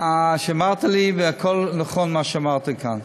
אמרת לי, והכול נכון מה שאמרת כאן.